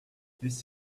this